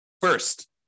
First